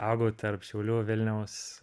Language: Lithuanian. augau tarp šiaulių vilniaus